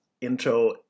intro